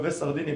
קווי סרדינים,